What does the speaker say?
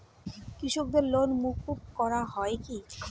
কৃষকদের লোন মুকুব করা হয় কি?